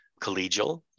collegial